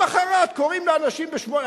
למחרת קוראים לאנשים ב-08:00.